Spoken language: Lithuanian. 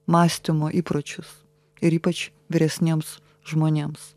mąstymo įpročius ir ypač vyresniems žmonėms